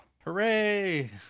hooray